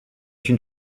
une